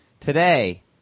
today